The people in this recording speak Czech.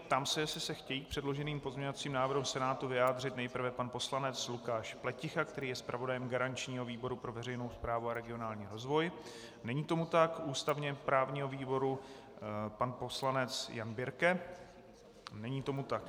Ptám se, jestli se chtějí k předloženým pozměňovacím návrhům Senátu vyjádřit nejprve pan poslanec Lukáš Pleticha, který je zpravodajem garančního výboru pro veřejnou správu a regionální rozvoj není tomu tak, ústavněprávního výboru pan poslanec Jan Birke není tomu tak.